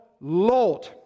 Lord